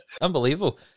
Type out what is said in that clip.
unbelievable